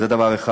זה דבר אחד.